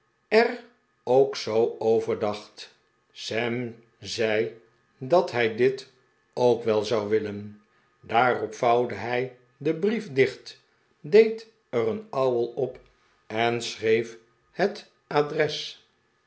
er ook zoo over dacht sam zei dat hij dit ook wel zou willen daarop vouwde hij den brief dicht deed er een ouwel op en schreef het adres